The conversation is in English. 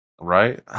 Right